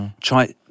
try